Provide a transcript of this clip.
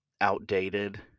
outdated